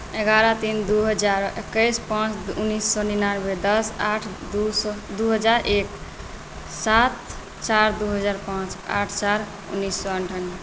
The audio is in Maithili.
एगारह तीन दइ हजार एकैस पाँच दुइ उनैस सओ निनानवे दस आठ दुइ हजार एक सात चारि दुइ हजार पाँच आठ चार उनैस सओ अनठानवे